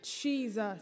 Jesus